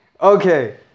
Okay